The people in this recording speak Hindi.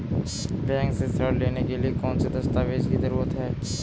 बैंक से ऋण लेने के लिए कौन से दस्तावेज की जरूरत है?